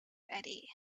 ready